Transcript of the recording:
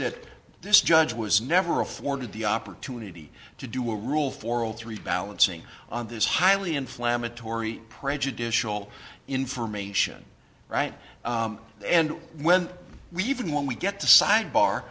that this judge was never afforded the opportunity to do a rule for three balancing on this highly inflammatory prejudicial information right and when we even when we get to sidebar